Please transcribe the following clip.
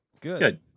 good